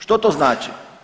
Što to znači?